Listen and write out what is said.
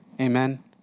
Amen